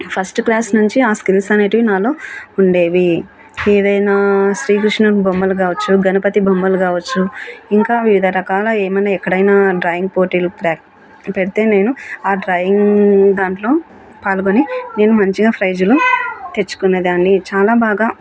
first class నుంచి ఆ skills అనేటివి నాలో ఉండేవి ఏదైనా శ్రీకృష్ణ బొమ్మలు కావచ్చు గణపతి బొమ్మలు కావచ్చు ఇంకా వివిధ రకాల ఏమైనా ఎక్కడైనా డ్రాయింగ్ పోటీలు ప్ర పెడితే నేను ఆ డ్రాయింగ్ దాంట్లో పాల్గొని నేను మంచిగా ప్రైజ్లు తెచ్చుకునేదాన్ని చాలా బాగా